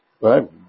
Right